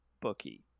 bookie